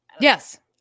Yes